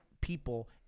people